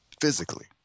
physically